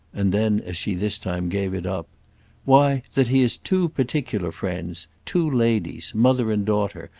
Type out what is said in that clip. and then as she this time gave it up why that he has two particular friends, two ladies, mother and daughter,